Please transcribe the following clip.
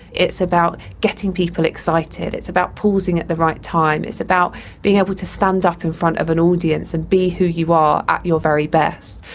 it's about getting people excited, it's about pausing at the right time, it's about being able to stand up in front of an audience and be who you are at your very best.